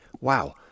wow